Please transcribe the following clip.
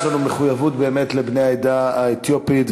יש לנו באמת מחויבות לבני העדה האתיופית.